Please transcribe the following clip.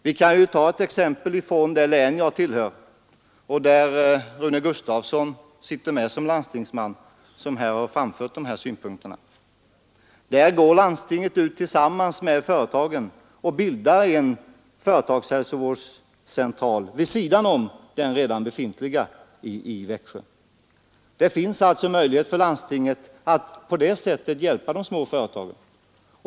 Jag kan ta ett exempel från det län där jag bor och där Rune Gustavsson, som här har talat om dessa saker, är landstingsman. Där bildar landstinget nu tillsammans med företagen en företagshälsovårdscentral vid sidan om den som redan arbetar i Växjö. Det finns alltså möjlighet för landstingen att på det sättet hjälpa de små företagen.